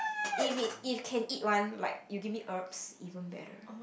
if it if can eat one like you give me herbs even better